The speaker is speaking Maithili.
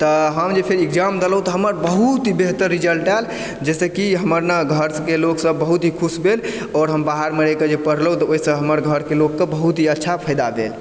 तऽ हम जे फेर इग्ज़ैम देलहुॅं तऽ हमर बहुत बेहतर रिज़ल्ट आयल जाहिसॅं कि हमर ने घर के लोक सब बहुत ही खुश भेल आओर हम बाहरमे रहि के जे पढलहुॅं तऽ ओहिसॅं हमर घर के लोक के बहुत ही अच्छा फ़ायदा भेल